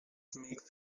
makes